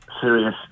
serious